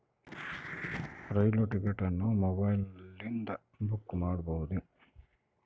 ರೈಲು ticket ಅನ್ನು ಮೊಬೈಲಿಂದ book ಮಾಡಬಹುದೆ?